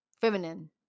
Feminine